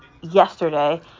yesterday